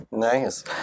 nice